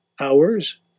hours